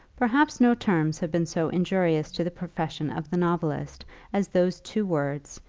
perhaps no terms have been so injurious to the profession of the novelist as those two words,